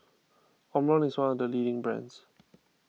Omron is one of the leading brands